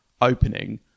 opening